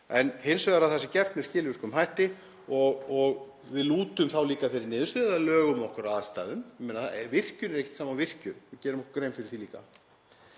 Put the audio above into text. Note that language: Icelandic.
en hins vegar að það sé gert með skilvirkum hætti og að við lútum þá líka þeirri niðurstöðu eða lögum okkur að aðstæðum. Virkjun er ekki það sama og virkjun, við gerum okkur grein fyrir því líka.